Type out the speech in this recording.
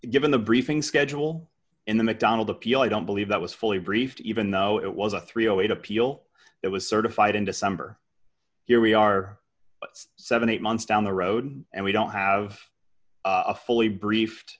given the briefing schedule in the mcdonald appeal i don't believe that was fully briefed even though it was a three hundred and eight appeal it was certified in december here we are seventy eight months down the road and we don't have a fully briefed